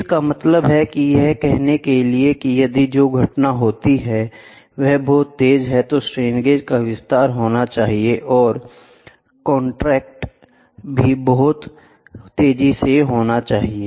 इसका मतलब है यह कहने के लिए कि यदि जो घटना होती है वह बहुत तेज है तो स्ट्रेन गेज का विस्तार होना चाहिए और कॉन्ट्रैक्ट भी बहुत तेजी से होना चाहिए